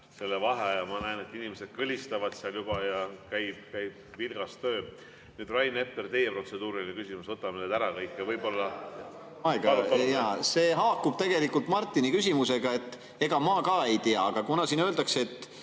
selle vaheaja. Ma näen, et inimesed kõlistavad seal juba ja käib vilgas töö. Rain Epler, teie protseduuriline küsimus. Võtame need kõik ära. Ja võib-olla … Jaa. See haakub tegelikult Martini küsimusega. Ega ma ka ei tea. Aga kuna siin öeldakse, et